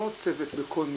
לא צוות לכל משרד.